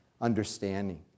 understanding